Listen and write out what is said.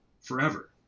forever